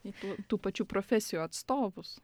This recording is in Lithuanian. į tų tų pačių profesijų atstovus